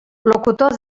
locutor